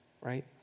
right